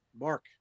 Mark